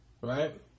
Right